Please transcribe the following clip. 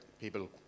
people